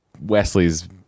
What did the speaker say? Wesley's